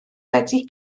wedi